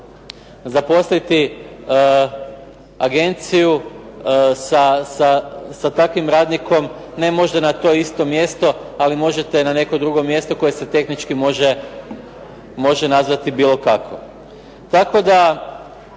zaposliti agenciju sa takvim radnikom ne možda na to isto mjesto ali možete na neko drugo mjesto koje se tehnički može nazvati bilo kako.